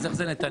איך זה נתניהו?